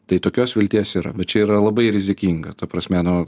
tai tokios vilties yra bet čia yra labai rizikinga ta prasme nu